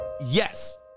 Yes